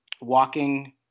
walking